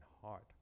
heart